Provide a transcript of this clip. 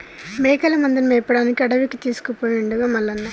మేకల మందను మేపడానికి అడవికి తీసుకుపోయిండుగా మల్లన్న